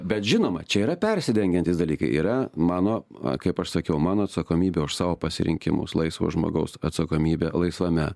bet žinoma čia yra persidengiantys dalykai yra mano va kaip aš sakiau mano atsakomybė už savo pasirinkimus laisvo žmogaus atsakomybė laisvame